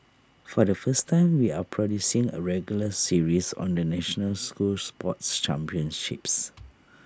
for the first time we are producing A regular series on the national school sports championships